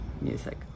music